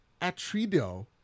Atredo